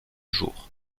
jour